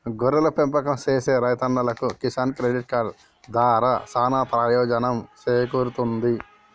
గొర్రెల పెంపకం సేసే రైతన్నలకు కిసాన్ క్రెడిట్ కార్డు దారా సానా పెయోజనం సేకూరుతుంది